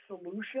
solution